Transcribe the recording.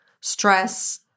stress